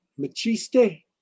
Machiste